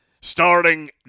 starting